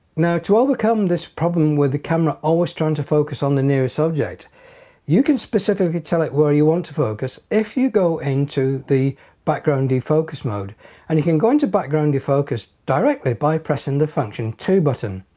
now to overcome this problem with the camera always trying to focus on the nearest object you can specifically tell it where you want to focus if you go into the background defocus mode and you can go into background defocus directly by pressing the function two button.